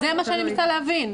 זה מה שאני מנסה להבין.